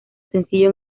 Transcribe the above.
sencillo